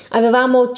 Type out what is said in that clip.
Avevamo